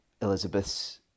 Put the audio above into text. Elizabeth's